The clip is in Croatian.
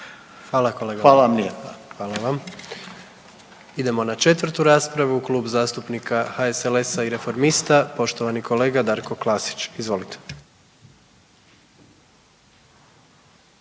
Gordan (HDZ)** Hvala vam. Idemo na 4 raspravu Klub zastupnika HSLS-a i Reformista, poštovani kolega Darko Klasić. Izvolite.